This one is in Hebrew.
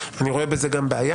כבוד האדם.